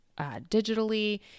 digitally